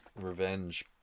revenge